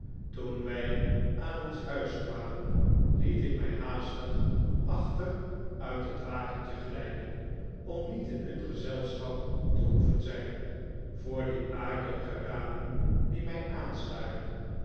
toen wij aan ons huis kwamen liet ik mij haastig achter uit het wagentje glijden om niet in hun gezelschap te hoeven zijn voor die akelige ramen die mij aanstaarden